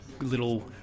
little